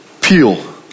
peel